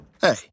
Hey